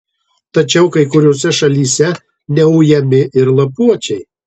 tačiau kai kuriose šalyse neujami ir lapuočiai